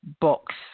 box